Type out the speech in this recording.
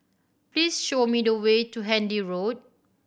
please show me the way to Handy Road